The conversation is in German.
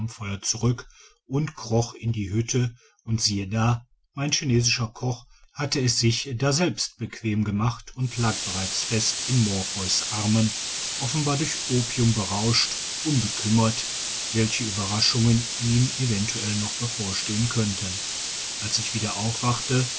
zurück und kroch in die hütte und siehe da mein chinesischer koch hatte es sich daselbst bequem gemacht und lag bereits fest in morpheus armen offenbar durch opium berauscht unbekümmert welche ueberraschungen ihm eventuell noch bevorstehen könnten als ich wieder aufwachte